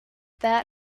that